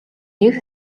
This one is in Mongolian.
нэг